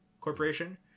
corporation